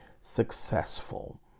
successful